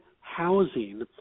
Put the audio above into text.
housing